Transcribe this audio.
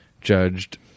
judged